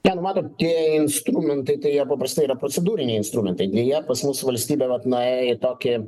ten matot tie instrumentai tai jie paprastai yra procedūriniai instrumentai deja pas mus valstybė vat na į tokį